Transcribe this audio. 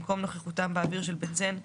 במקום "נוכחותם באוויר של בנזן,